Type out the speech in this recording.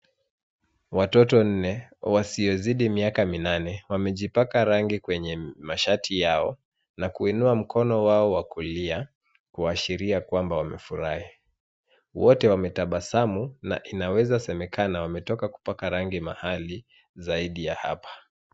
Watoto nne, wasiozidi miaka minane, wamejipaka rangi kwenye mashati yao, na kuinua mkono wao wakulia, kuashiria kwamba wamefurahi. Wote wametabasamu na inaweza semekana wametoka kupaka rangi mahali zaidi ya hapa.